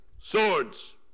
swords